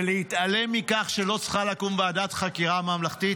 ולהתעלם מכך שלא צריכה לקום ועדת חקירה ממלכתית?